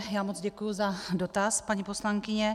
Já moc děkuji za dotaz, paní poslankyně.